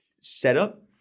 setup